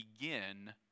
begin